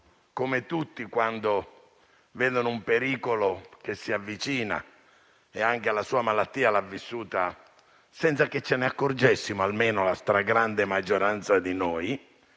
Come tutti, quando vedono un pericolo che si avvicina (e anche la sua malattia l'ha vissuta senza che ce ne accorgessimo, almeno la stragrande maggioranza di noi),